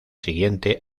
siguiente